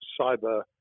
cyber